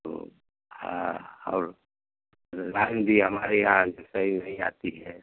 तो हाँ और लाइन भी हमारे यहाँ सही नहीं आती है